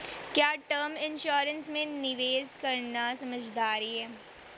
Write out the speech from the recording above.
क्या term insurance में निवेश करना समझदारी है?